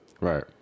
Right